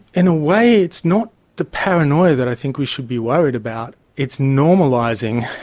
in a way it's not the paranoia that i think we should be worried about, it's normalising,